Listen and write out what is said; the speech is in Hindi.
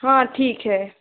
हाँ ठीक है